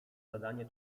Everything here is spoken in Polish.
zadanie